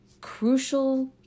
crucial